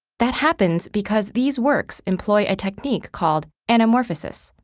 that happens because these works employ a technique called anamorphosis.